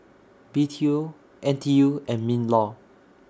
B T O N T U and MINLAW